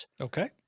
Okay